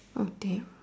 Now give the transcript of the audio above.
oh damn